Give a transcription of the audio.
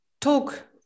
talk